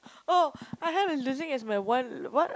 oh I have a losing as my one what